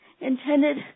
intended